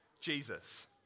Jesus